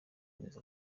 amezi